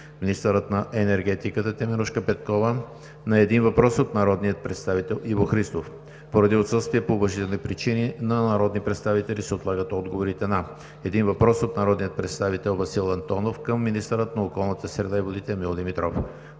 министърът на енергетиката Теменужка Петкова на един въпрос от народния представител Иво Христов. Поради отсъствие по уважителни причини на народни представители се отлагат отговорите на: - един въпрос от народния представител Васил Антонов към министъра на околната среда и водите Емил Димитров;